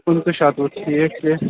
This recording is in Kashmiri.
پٍنٛژٕ شتوُہ ٹھیٖک ٹھیٖک